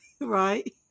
right